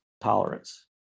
tolerance